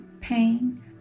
pain